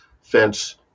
fence